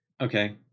okay